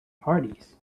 parties